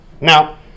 Now